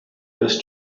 this